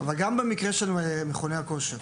אבל גם במקרה של מכוני הכושר,